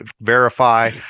verify